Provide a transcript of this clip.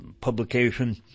publication